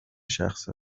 شخص